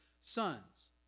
sons